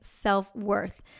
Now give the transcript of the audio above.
self-worth